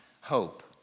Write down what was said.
hope